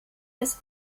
das